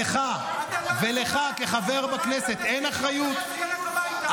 אם אתה לא מסוגל להחזיר אותם הביתה,